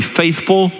faithful